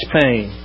pain